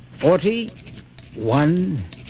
Forty-one